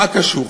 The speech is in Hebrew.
מה קשור?